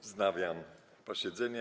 Wznawiam posiedzenie.